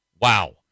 Wow